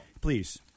Please